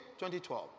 2012